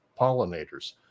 pollinators